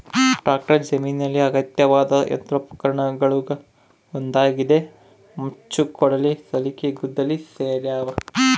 tractor ಜಮೀನಿನಲ್ಲಿ ಅಗತ್ಯವಾದ ಯಂತ್ರೋಪಕರಣಗುಳಗ ಒಂದಾಗಿದೆ ಮಚ್ಚು ಕೊಡಲಿ ಸಲಿಕೆ ಗುದ್ದಲಿ ಸೇರ್ಯಾವ